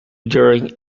during